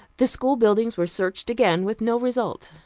the school buildings were searched again, with no result.